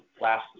last